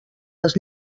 les